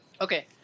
Okay